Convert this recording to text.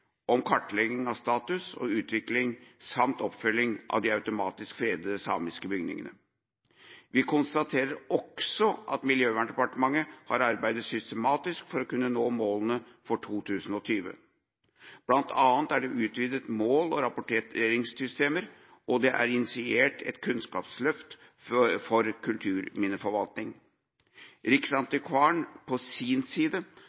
om kartlegging av status og utvikling samt oppfølging av de automatisk fredede samiske bygningene. Vi konstaterer også at Miljøverndepartementet har arbeidet systematisk for å kunne nå målene for 2020. Blant annet er det utviklet mål- og rapporteringssystemer, og man har initiert Kunnskapsløft for kulturminneforvaltning. Riksantikvaren har på sin side